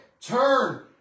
turn